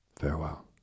Farewell